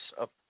up